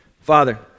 Father